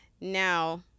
Now